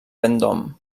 vendôme